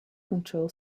control